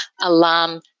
alarm